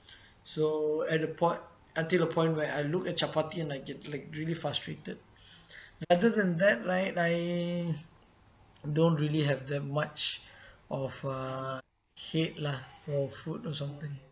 so at a point until the point where I look at chapati and I get like really frustrated other than that right I don't really have that much of a hate lah for food or something